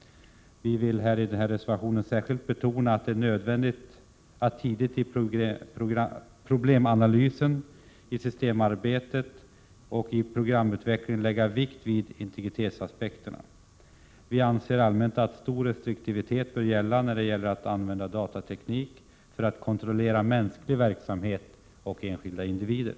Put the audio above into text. Vi vill särskilt betona att det är nödvändigt att tidigt i problemanalysen, systemarbetet och programutvecklingen lägga vikt vid integritetsaspekter. Allmänt anser vi att stor restriktivitet bör råda när det gäller att använda datateknik för att kontrollera mänsklig verksamhet och enskilda individer.